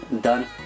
done